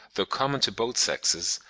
though common to both sexes,